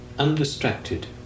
undistracted